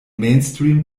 mainstream